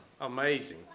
amazing